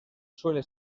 suele